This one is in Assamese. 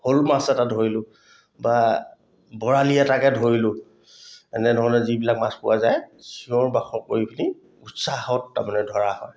শ'ল মাছ এটা ধৰিলোঁ বা বৰালি এটাকে ধৰিলোঁ এনেধৰণে যিবিলাক মাছ পোৱা যায় চিঞৰ বাখৰ কৰি পিনি উৎসাহত তাৰমানে ধৰা হয়